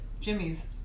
Jimmy's